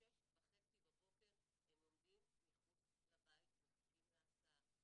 ב-06:30 בבוקר הם עומדים מחוץ לבית ומחכים להסעה.